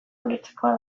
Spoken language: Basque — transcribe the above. ulertzekoa